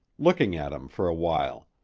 looking at him for a while,